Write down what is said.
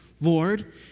Lord